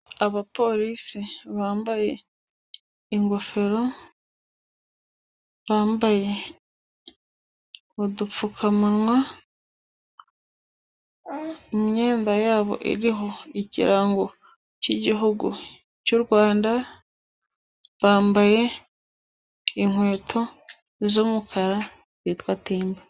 Abapolisi bambaye ingofero, bambaye udupfukamunwa, imyenda yabo iriho ikirango cy'igihugu cy'u Rwanda, bambaye inkweto z'umukara zitwa timba.